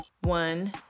one